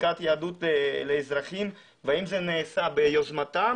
בבדיקת יהדות לאזרחים והאם זה נעשה ביוזמתם